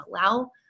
allow